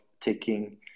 taking